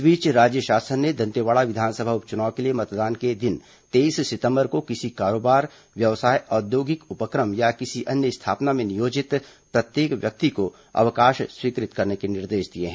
इस बीच राज्य शासन ने दंतेवाड़ा विधानसभा उप चुनाव के लिए मतदान के दिन तेईस सितम्बर को किसी कारोबार व्यवसाय औद्योगिक उपक्रम या किसी अन्य स्थापना में नियोजित प्रत्येक व्यक्ति को अवकाश स्वीकृत करने के निर्देश दिए हैं